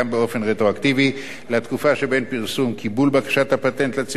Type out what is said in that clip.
לתקופה שבין פרסום קיבול בקשת הפטנט לציבור ובין מתן הפטנט.